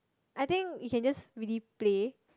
I think you can just really play